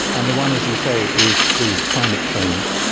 and one, as you say, is really climate change,